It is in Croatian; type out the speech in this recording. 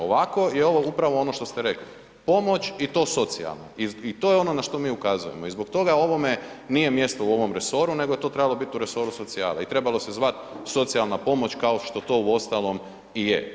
Ovako je ovo upravo ono što ste rekli, pomoć i to socijalna i, i to je ono na što mi ukazujemo i zbog toga ovome nije mjesto u ovom resoru nego je to trebalo bit u resoru socijale i trebalo se zvat socijalna pomoć kao što to uostalom i je.